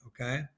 okay